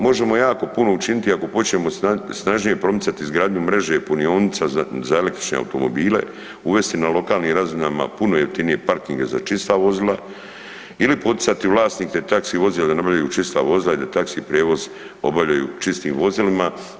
Možemo jako puno učiniti ako hoćemo snažnije promicati izgradnju mreže punionica za električne automobile, uvesti na lokalnim razinama puno jeftinije parkinge za čista vozila ili poticati vlasnike taksi vozila da nabavljaju čista vozila i da taksi prijevoz obavljaju čistim vozilima.